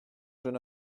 jeune